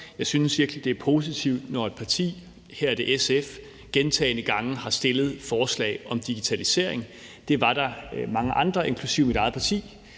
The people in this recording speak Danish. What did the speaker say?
synes, det er positivt, når et parti, og her er det SF, gentagne gange har stillet forslag om digitalisering. Det var der også mange andre partier, inklusive mit eget parti,